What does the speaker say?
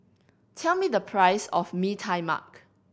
tell me the price of Mee Tai Mak